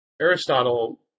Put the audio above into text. Aristotle